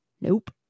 Nope